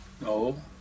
No